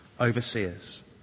Overseers